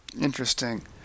Interesting